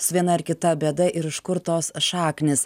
su viena ar kita bėda ir iš kur tos šaknys